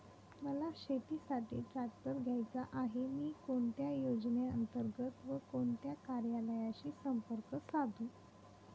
मला शेतीसाठी ट्रॅक्टर घ्यायचा आहे, मी कोणत्या योजने अंतर्गत व कोणत्या कार्यालयाशी संपर्क साधू?